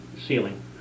ceiling